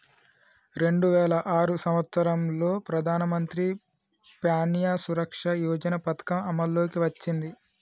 రెండు వేల ఆరు సంవత్సరంలో ప్రధానమంత్రి ప్యాన్య సురక్ష యోజన పథకం అమల్లోకి వచ్చింది